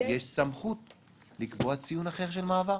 יש פתרונות אחרים,